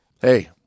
Hey